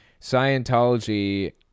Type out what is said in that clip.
Scientology